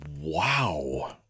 Wow